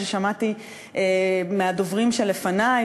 ששמעתי מהדוברים שלפני,